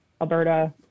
alberta